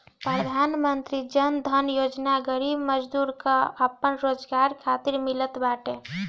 प्रधानमंत्री जन धन योजना गरीब मजदूर कअ आपन रोजगार करे खातिर मिलत बाटे